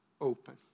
open